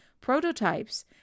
prototypes